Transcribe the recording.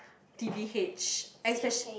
t_b_h especia~